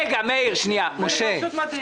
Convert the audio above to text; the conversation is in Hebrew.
מאיר, זה נמצא בבסיס התקציב.